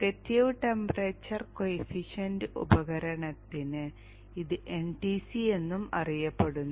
negative temperature coefficient ഉപകരണത്തിന് ഇത് NTC എന്നും അറിയപ്പെടുന്നു